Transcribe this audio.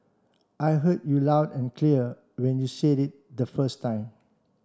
I heard you loud and clear when you said it the first time